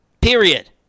period